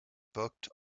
booked